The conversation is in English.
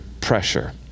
pressure